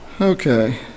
Okay